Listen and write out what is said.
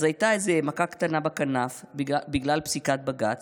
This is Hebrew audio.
הייתה איזו מכה קטנה בכנף בגלל פסיקת בג"ץ,